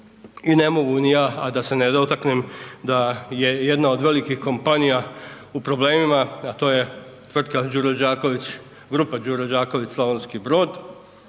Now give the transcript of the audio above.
I ne mogu ni ja, a da se ne dotaknem da je jedna od velikih kompanija u problemima, a to je tvrtka Đuro Đaković, grupa Đuro Đaković Slavonski Brod